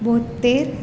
બોંત્તેર